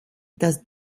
dass